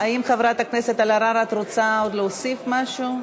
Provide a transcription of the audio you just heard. חברת הכנסת אלהרר, האם את רוצה עוד להוסיף משהו?